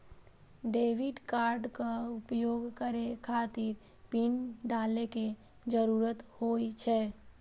debit कार्डक उपयोग करै खातिर पिन डालै के जरूरत होइ छै